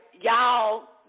Y'all